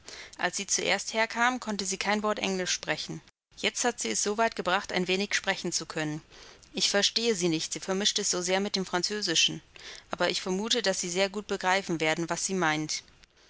als sie zuerst herkam konnte sie kein wort englisch sprechen jetzt hat sie es so weit gebracht ein wenig sprechen zu können ich verstehe sie nicht sie vermischt es so sehr mit dem französischen aber ich vermute daß sie sehr gut begreifen werden was sie meint